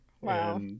Wow